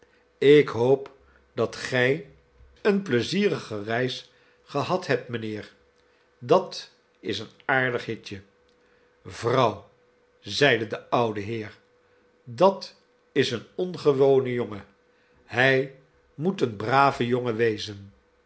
ik hoop dat gij eene plei zierige reis gehad hebt mijnheer dat is een aardig hitje vrouw zeide de oude heer dat is een ongewone jongen hij moet een brave jongen wezen